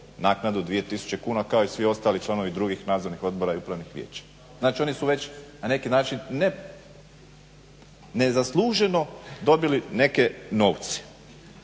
naknadu 2000 kuna kao i svi ostali članovi drugih nadzornih odbora i upravnih vijeća. Znači oni su već na neki način nezasluženo dobili neke novce.